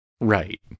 Right